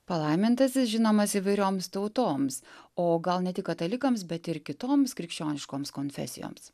palaimintasis žinomas įvairioms tautoms o gal ne tik katalikams bet ir kitoms krikščioniškoms konfesijoms